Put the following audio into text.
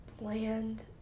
bland